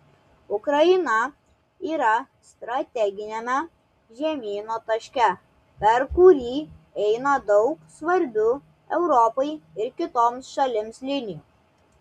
ukraina yra strateginiame žemyno taške per kurį eina daug svarbių europai ir kitoms šalims linijų